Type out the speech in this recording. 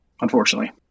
unfortunately